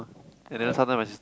and then sometime my sis